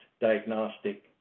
diagnostic